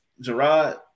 Gerard